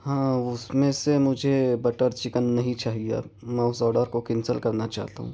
ہاں اُس میں سے مجھے بٹر چکن نہیں چاہیے اب میں اُس آڈر کو کینسل کرنا چاہتا ہوں